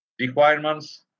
requirements